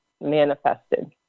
manifested